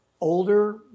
older